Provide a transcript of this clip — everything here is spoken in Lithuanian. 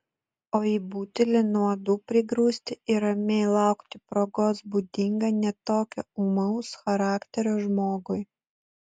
o į butelį nuodų prigrūsti ir ramiai laukti progos būdinga ne tokio ūmaus charakterio žmogui